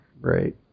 right